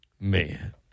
Man